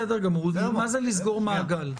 זו המהות.